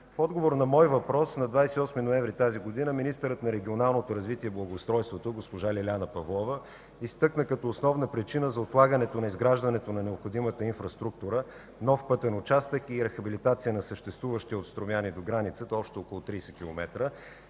В отговор на мой въпрос на 28 ноември 2014 г. министърът на регионалното развитие и благоустройството госпожа Лиляна Павлова изтъкна като основна причина за отлагането на изграждането на необходимата инфраструктура – нов пътен участък и рехабилитация на съществуващия от Струмяни до границата, общо около 30 км,